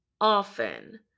often